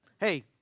Hey